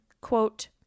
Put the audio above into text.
quote